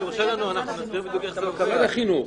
זה משרד החינוך.